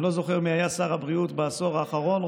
אני לא זוכר מי היה שר הבריאות בעשור האחרון,